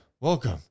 Welcome